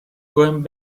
going